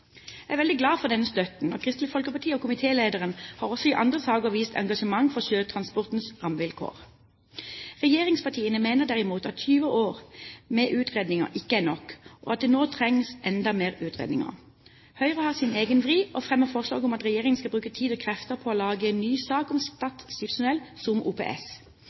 Jeg er veldig glad for denne støtten, og Kristelig Folkeparti og komitélederen har også i andre saker vist engasjement for sjøtransportens rammevilkår. Regjeringspartiene mener derimot at 20 år med utredninger ikke er nok, og at det nå trengs enda mer utredning. Høyre har sin egen vri; de fremmer forslag om at regjeringen skal bruke tid og krefter på å lage en ny sak om Stad skipstunnel som OPS.